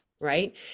right